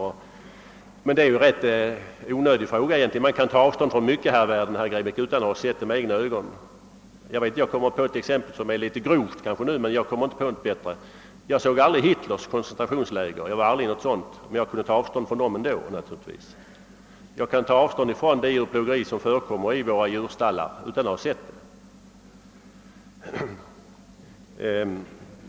Egentligen är det en rätt onödig fråga, ty man kan ta avstånd från mycket här i världen utan att ha sett det med egna ögon. Jag vet inte om det exempel jag nu anför är litet grovt, men jag kan inte komma på något bättre. Jag såg aldrig Hitlers koncentrationsläger och var aldrig i något sådant men jag kan ändå ta avstånd från dem. Jag kan ta avstånd från det djurplågeri som förekommer i våra djurstallar utan att ha sett det.